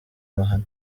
mahano